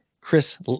Chris